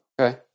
Okay